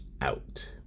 out